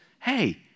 hey